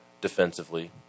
defensively